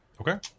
Okay